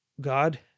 God